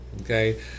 Okay